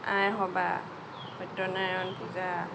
আইসবাহ Satyanarayan Puja